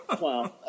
Wow